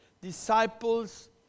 disciples